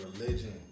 Religion